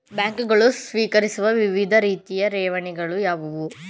ಬ್ಯಾಂಕುಗಳು ಸ್ವೀಕರಿಸುವ ವಿವಿಧ ರೀತಿಯ ಠೇವಣಿಗಳು ಯಾವುವು?